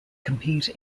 compete